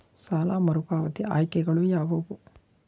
ಸಾಲ ಮರುಪಾವತಿ ಆಯ್ಕೆಗಳು ಯಾವುವು?